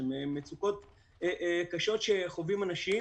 מצוקות קשות שחווים אנשים